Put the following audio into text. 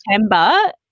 September